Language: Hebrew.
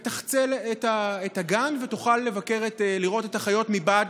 תחצה את הגן ותוכל לראות את החיות מבעד